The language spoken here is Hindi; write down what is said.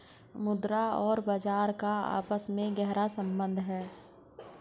मुद्रा और बाजार का आपस में गहरा सम्बन्ध है